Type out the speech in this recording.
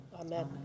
amen